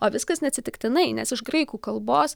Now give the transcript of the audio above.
o viskas neatsitiktinai nes iš graikų kalbos